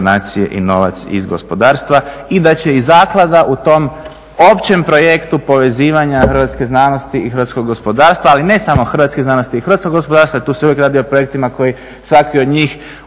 donacije i novac iz gospodarstva i da će i zaklada u tom općem projektu povezivanja hrvatske znanosti i hrvatskog gospodarstva, ali ne samo hrvatske znanosti i hrvatskog gospodarstva, tu se uvijek radi o projektima koji svaki od njih